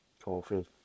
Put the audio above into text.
coffee